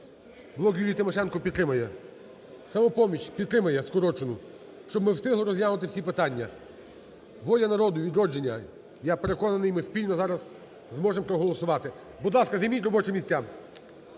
"Блок Юлії Тимошенко" підтримає. "Самопоміч" підтримає скорочену, щоб ми встигли розглянути всі питання. "Воля народу", "Відродження", я переконаний, ми спільно зараз зможемо проголосувати. Будь ласка, займіть робочі місця.